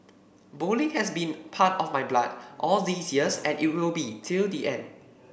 bowling has been part of my blood all these years and it will be till the end